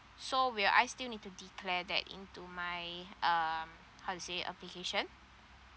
so will I still need to declare that into my um how to say application